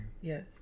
Yes